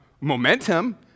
momentum